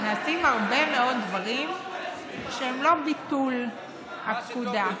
נעשים הרבה מאוד דברים שהם לא ביטול הפקודה.